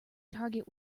target